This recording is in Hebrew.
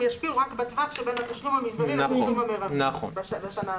הם ישקיעו רק בטווח שבין התשלום המזערי לתשלום המירבי בשנה הזאת.